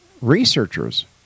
researchers